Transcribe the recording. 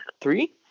three